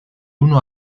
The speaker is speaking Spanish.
uno